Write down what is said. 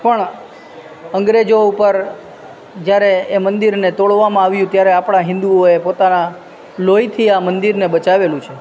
પણ અંગ્રેજો ઉપર જ્યારે એ મંદિરને તોડવામાં આવ્યું ત્યારે આપણા હિન્દુઓએ પોતાના લોહીથી આ મંદિરને બચાવેલું છે